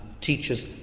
teachers